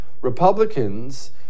Republicans